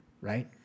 right